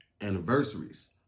anniversaries